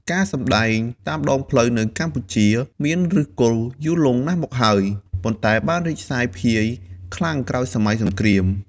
ការសម្ដែងតាមដងផ្លូវនៅកម្ពុជា មានឫសគល់យូរលង់ណាស់មកហើយ ប៉ុន្តែបានរីកសាយភាយខ្លាំងក្រោយសម័យសង្គ្រាម។